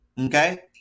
Okay